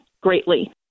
greatly